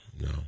No